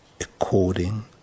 according